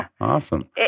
awesome